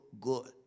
good